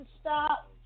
stop